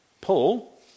Paul